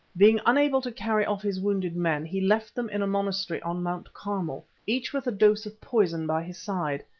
being unable to carry off his wounded men, he left them in a monastery on mount carmel, each with a dose of poison by his side.